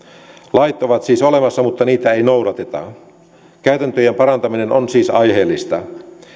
lait ovat siis olemassa mutta niitä ei noudateta käytäntöjen parantaminen on siis aiheellista